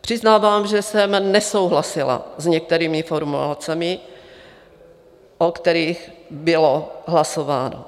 Přiznávám, že jsem nesouhlasila s některými formulacemi, o kterých bylo hlasováno,